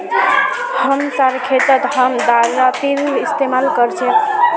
हमसार खेतत हम दरांतीर इस्तेमाल कर छेक